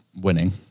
winning